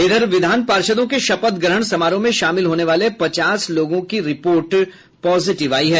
इधर विधान पार्षदों के शपथ ग्रहण समारोह में शामिल होने वाले पचास लोगों की रिपोर्ट पॉजिटिव आयी है